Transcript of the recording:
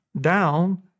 down